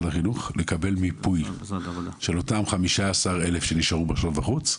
החינוך לקבל מיפוי של אותם 15,000 שנשארו בחוץ,